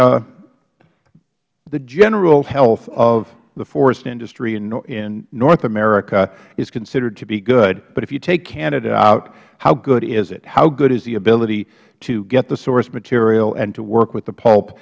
general health of the forest industry in north america is considered to be good but if you take canada out how good is it how good is the ability to get the source material and to work with the p